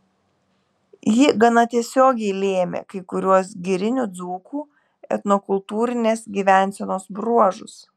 ji gana tiesiogiai lėmė kai kuriuos girinių dzūkų etnokultūrinės gyvensenos bruožus